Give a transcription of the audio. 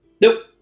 Nope